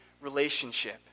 relationship